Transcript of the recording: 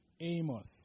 Amos